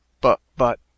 but-but